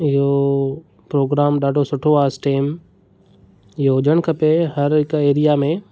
इहो प्रोग्राम ॾाढो सुठो आहे स्टेम इहो हुजनि खपे हर हिकु एरिया में